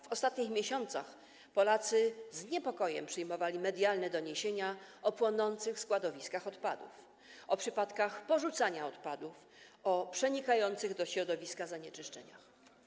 W ostatnich miesiącach Polacy z niepokojem przyjmowali medialne doniesienia o płonących składowiskach odpadów, o przypadkach porzucania odpadów, o przenikających do środowiska zanieczyszczeniach.